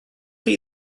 chi